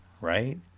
right